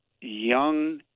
young